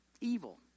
Evil